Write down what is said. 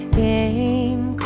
game